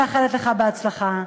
אני מאחלת לך הצלחה,